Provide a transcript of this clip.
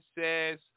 says